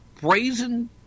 brazen